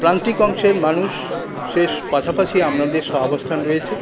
প্রান্তিক অংশের মানুষ শেষ পাশাপাশি আমাদের সহাবস্থান রয়েছে